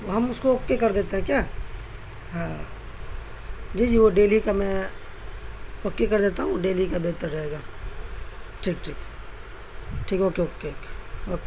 ہم اس کو اوکے کر دیتے ہیں کیا ہاں جی جی وہ ڈیل ہی کا میں اوکے کر دیتا ہوں ڈیل ہی کا بہتر رہے گا ٹھیک ٹھیک ٹھیک اوکے اوکے اوکے اوکے